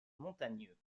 montagneux